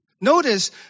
Notice